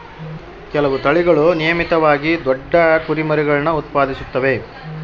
ಕೆಲವು ತಳಿಗಳು ನಿಯಮಿತವಾಗಿ ದೊಡ್ಡ ಕುರಿಮರಿಗುಳ್ನ ಉತ್ಪಾದಿಸುತ್ತವೆ